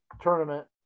tournament